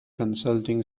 consulting